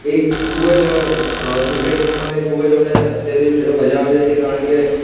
એ ખૂબ જ ક્રિકેટ રમવાને ખૂબ જ અમને તે દિવસે મજા આવી હતી કારણ કે